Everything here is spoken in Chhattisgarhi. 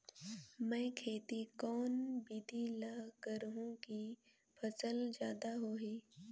मै खेती कोन बिधी ल करहु कि फसल जादा होही